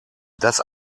das